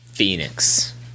phoenix